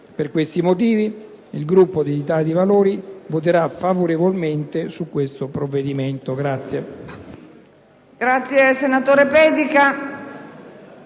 Per questi motivi il Gruppo dell'Italia dei Valori voterà favorevolmente su questo provvedimento. **Saluto